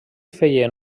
feien